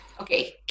Okay